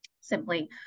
simply